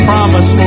promise